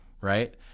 right